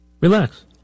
Relax